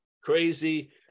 crazy